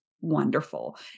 wonderful